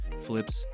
flips